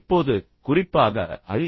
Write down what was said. இப்போது குறிப்பாக ஐ